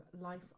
Life